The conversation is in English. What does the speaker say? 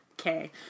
okay